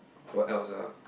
what else ah